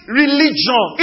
religion